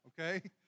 okay